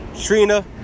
Trina